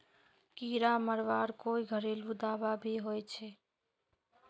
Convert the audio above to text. कीड़ा मरवार कोई घरेलू दाबा भी होचए?